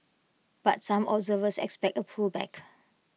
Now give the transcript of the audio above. but some observers expect A pullback